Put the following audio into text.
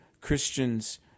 Christians